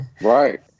Right